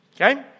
okay